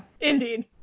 Indeed